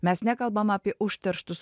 mes nekalbam apie užterštus